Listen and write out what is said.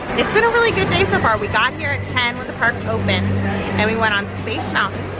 it's been a really good day so far, we got here at ten when the park opened and we went on space mountain,